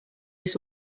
this